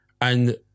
and-